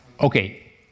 Okay